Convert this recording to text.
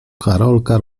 karolka